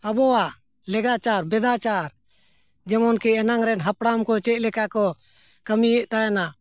ᱟᱵᱚᱣᱟᱜ ᱞᱮᱜᱟᱪᱟᱨ ᱵᱮᱫᱟᱪᱟᱨ ᱡᱮᱢᱚᱱ ᱠᱤ ᱮᱱᱟᱝ ᱨᱮᱱ ᱦᱟᱯᱲᱟᱢ ᱠᱚ ᱪᱮᱫ ᱞᱮᱠᱟ ᱠᱚ ᱠᱟᱹᱢᱤᱭᱮᱫ ᱛᱟᱦᱮᱱᱟ